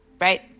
right